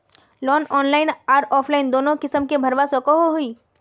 Loan online आर offline दोनों किसम के भरवा सकोहो ही?